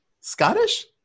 Scottish